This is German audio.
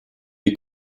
die